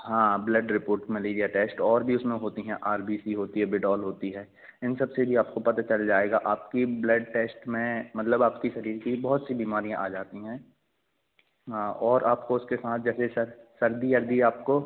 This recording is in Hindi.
हाँ ब्लड रिपोर्ट मलेरिया टेस्ट और भी उसमें होती हैं आर बी सी होती है बिडोल होती है इन सबसे भी आपको पता चल जाएगा आपके ब्लड टेस्ट में मतलब आपकी शरीर की बहुत सी बीमारियाँ आ जाती हैं हाँ और आपको उसके साथ जैसे सर्दी यर्दि आपको